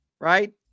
right